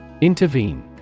Intervene